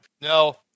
No